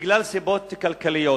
בגלל סיבות כלכליות.